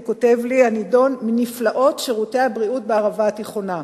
והוא כותב לי: הנדון: מנפלאות שירותי הבריאות בערבה התיכונה.